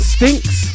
Stinks